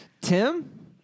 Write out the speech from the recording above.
Tim